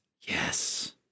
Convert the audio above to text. Yes